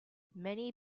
many